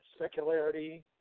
secularity